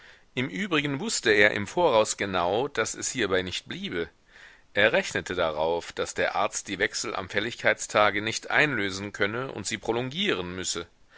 im übrigen wußte er im voraus genau daß es hierbei nicht bliebe er rechnete darauf daß der arzt die wechsel am fälligkeitstage nicht einlösen könne und sie prolongieren müsse